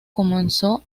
comenzó